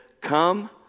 come